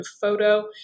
photo